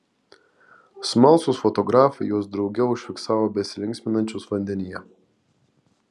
smalsūs fotografai juos drauge užfiksavo besilinksminančius vandenyje